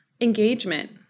Engagement